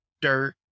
dirt